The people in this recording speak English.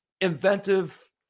inventive